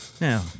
now